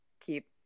keep